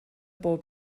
bob